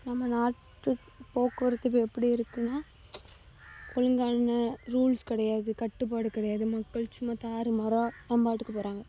நம்ம நாட்டு போக்குவரத்து இப்போ எப்படி இருக்குன்னா ஒழுங்கான ரூல்ஸ் கிடையாது கட்டுப்பாடு கிடையாது மக்கள் சும்மா தாறுமாறாக தான் பாட்டுக்கு போகறாங்க